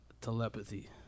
telepathy